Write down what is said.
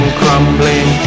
crumbling